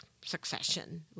succession